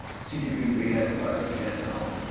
city of green bay has a large debt now.